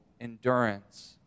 endurance